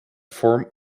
form